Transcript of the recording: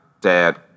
dad